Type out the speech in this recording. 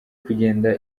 kugenda